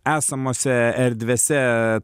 esamose erdvėse